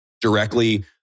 directly